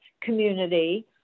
community